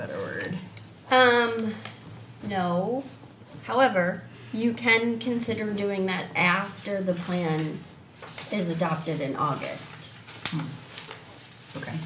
better word you know however you can consider doing that after the plan is adopted in august